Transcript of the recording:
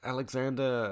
Alexander